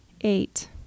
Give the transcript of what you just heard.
Eight